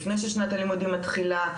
לפני ששנת הלימודים מתחילה,